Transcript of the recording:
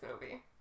movie